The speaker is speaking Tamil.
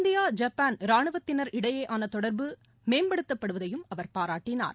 இந்தியா ஜப்பான் ராணுவத்தினா் இடையேயான தொடா்பு மேம்படுத்தப்படுவதையும் அவா் பாராட்டனார்